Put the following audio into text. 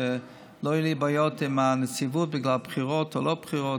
שלא יהיו לי בעיות עם הנציבות בגלל בחירות או לא בחירות,